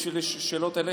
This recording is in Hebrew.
כי יש לי שאלות אליך,